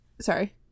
sorry